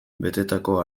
betetako